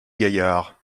gaillard